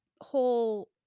whole